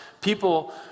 People